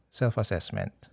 self-assessment